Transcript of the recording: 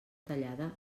tallada